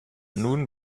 nun